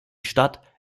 stadt